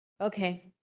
Okay